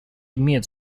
имеют